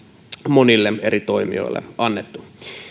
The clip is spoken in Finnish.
monille eri toimijoille annettu